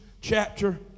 chapter